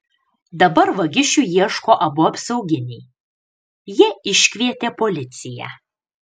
dabar vagišių ieško abu apsauginiai jie iškvietė policiją